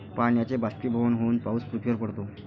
पाण्याचे बाष्पीभवन होऊन पाऊस पृथ्वीवर पडतो